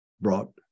brought